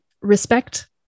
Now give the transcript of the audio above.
respect